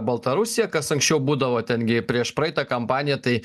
baltarusiją kas anksčiau būdavo ten gi prieš praeitą kampaniją tai